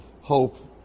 Hope